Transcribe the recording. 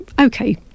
okay